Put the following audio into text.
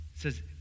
says